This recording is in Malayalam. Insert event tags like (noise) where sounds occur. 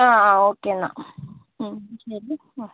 ആ ആ ഓക്കെന്നാൽ (unintelligible)